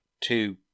Two